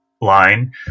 line